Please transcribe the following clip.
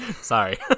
Sorry